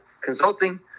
consulting